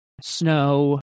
snow